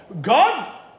God